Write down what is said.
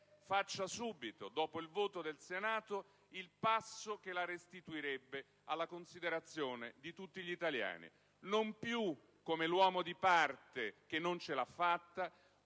Faccia subito, dopo il voto del Senato, il passo che la restituirebbe alla considerazione di tutti gli italiani. Non più l'uomo di parte che non ce l'ha fatta,